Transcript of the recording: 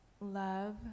love